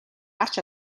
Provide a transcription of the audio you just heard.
гарч